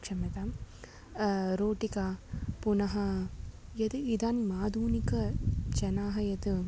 क्षम्यतां रोटिका पुनः यदि इदानीम् आधुनिकजनाः यत्